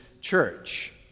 church